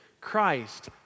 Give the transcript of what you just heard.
Christ